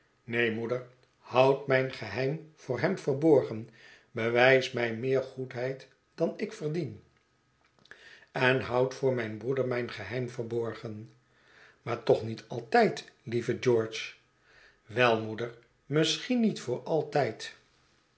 neen moeder houd mijn geheim voor hem verborgen bewijs mij meer goedheid dan ik verdien en houd voor mijn broeder mijn geheim verborgen maar toch niet altijd lieve george wel moeder misschien niet voor altijd